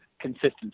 consistency